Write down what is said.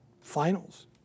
finals